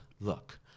look